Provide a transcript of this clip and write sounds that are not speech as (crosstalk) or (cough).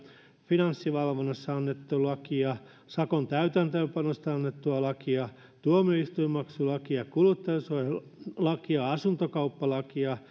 finanssivalvonnasta annettua lakia sakon täytäntöönpanosta annettua lakia tuomioistuinmaksulakia kuluttajansuojalakia asuntokauppalakia (unintelligible)